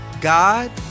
God